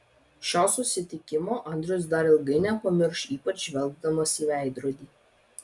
šio susitikimo andrius dar ilgai nepamirš ypač žvelgdamas į veidrodį